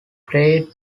great